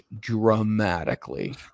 dramatically